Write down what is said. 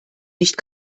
nicht